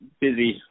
busy